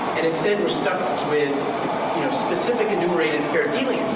and instead we're stuck with you know specific, enumerated fair dealing